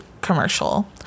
commercial